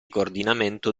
coordinamento